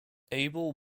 abel